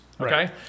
Okay